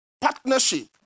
Partnership